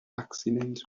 accidents